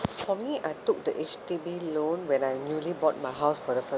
for me I took the H_D_B loan when I'm newly bought my house for the first